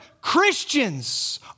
Christians